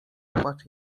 płacz